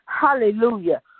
hallelujah